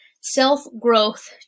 self-growth